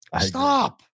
Stop